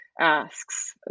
asks